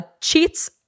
cheats